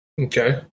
Okay